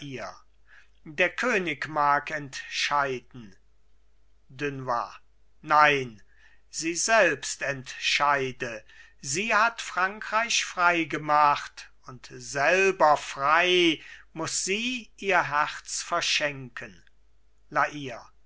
der könig mag entscheiden dunois nein sie selbst entscheide sie hat frankreich frei gemacht und selber frei muß sie ihr herz verschenken la